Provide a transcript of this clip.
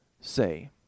say